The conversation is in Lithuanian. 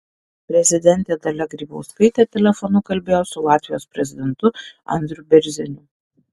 prezidentė dalia grybauskaitė telefonu kalbėjo su latvijos prezidentu andriu bėrziniu